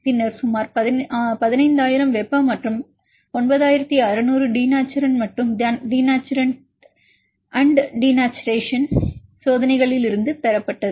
பின்னர் சுமார் 15000 வெப்ப மற்றும் 9600 டினேச்சுரல் மற்றும் டினேச்சுரன்ட் சோதனைகளில் இருந்து பெறப்பட்டது